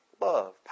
love